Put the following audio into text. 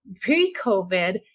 Pre-COVID